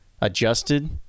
adjusted